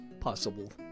possible